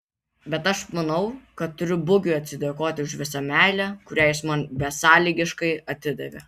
bet aš manau kad turiu bugiui atsidėkoti už visą meilę kurią jis man besąlygiškai atidavė